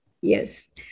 yes